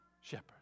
shepherd